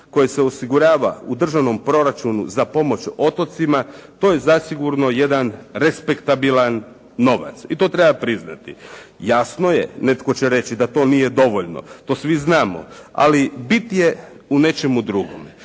koji se osigurava u državnom proračunu za pomoć otocima, to je zasigurno jedan respektabilan novaci i to treba priznati. Jasno je, netko će reći da to nije dovoljno, to svi znamo, ali bit je u nečemu drugom.